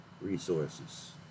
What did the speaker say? resources